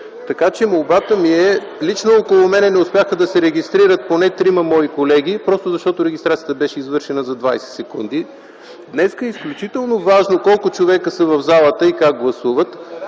народни представители. Лично около мен не успяха да се регистрират поне трима мои колеги, просто защото регистрацията беше извършена за 20 секунди. Днес е изключително важно колко човека са в залата и как гласуват,